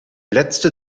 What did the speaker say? letzte